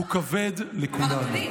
הוא כבד לכולנו.